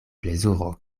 plezuro